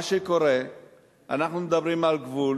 אנחנו מדברים על גבול